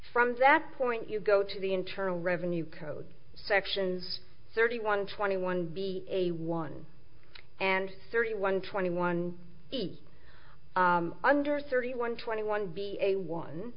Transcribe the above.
from that point you go to the internal revenue code sections thirty one twenty one b a one and thirty one twenty one b under thirty one twenty one b a one